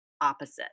opposite